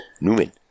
Newman